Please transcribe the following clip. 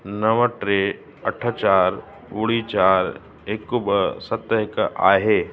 नव टे अठ चारि ॿुड़ी चारि हिकु ॿ सत हिक आहे